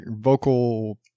Vocal